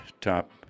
top